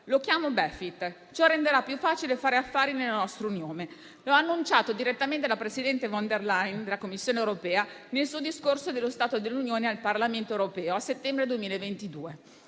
chiamato Befit e renderà più facile fare affari nella nostra Unione. Lo ha annunciato direttamente la presidente della Commissione europea von der Leyen nel suo discorso sullo stato dell'Unione al Parlamento europeo del settembre 2022.